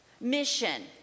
Mission